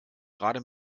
gerade